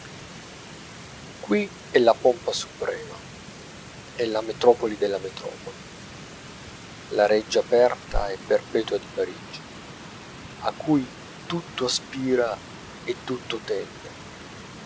qui è la pompa suprema è la metropoli della metropoli la reggia aperta e perpetua di parigi a cui tutto aspira e tutto tende